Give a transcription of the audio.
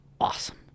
awesome